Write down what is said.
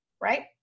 right